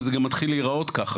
וזה גם מתחיל להראות ככה,